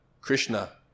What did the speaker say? Krishna